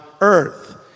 earth